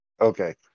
Okay